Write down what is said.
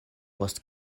post